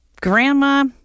Grandma